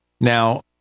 Now